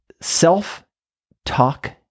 self-talk